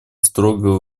строго